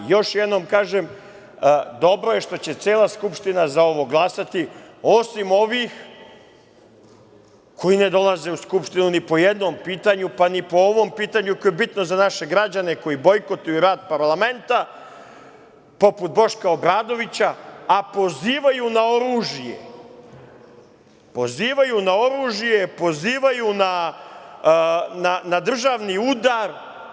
Još jednom kažem da je dobro što će cela Skupština za ovo glasati osim ovih koji ne dolaze u Skupštinu ni po jednom pitanju, pa ni po ovom pitanju koje je bitno za naše građane koji bojkotuju rad parlamenta, poput Boška Obradovića, a pozivaju na oružje, pozivaju na državni udar…